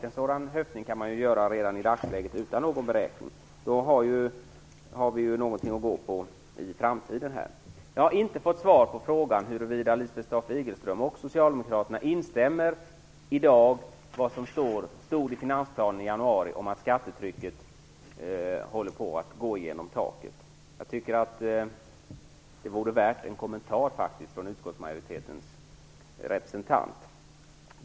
En sådan öppning kan ju göras redan i dagsläget utan någon beräkning, så att vi har någonting att gå efter i framtiden. Jag har inte fått svar på frågan om huruvida Lisbeth Staaf-Igelström och socialdemokraterna instämmer i dag med vad som stod i finansplanen i januari om att skattetrycket håller på att gå igenom taket. Jag tycker faktiskt att frågan vore värd en kommentar från utskottsmajoritetens representant.